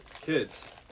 kids